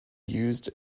used